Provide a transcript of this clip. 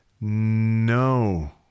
No